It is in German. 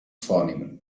vornehmen